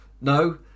no